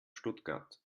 stuttgart